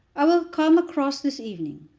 i will come across this evening.